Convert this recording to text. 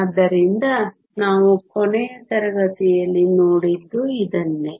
ಆದ್ದರಿಂದ ನಾವು ಕೊನೆಯ ತರಗತಿಯಲ್ಲಿ ನೋಡಿದ್ದು ಇದನ್ನೇ